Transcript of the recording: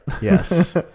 Yes